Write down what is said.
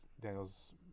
Daniel's